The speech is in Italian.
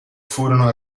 furono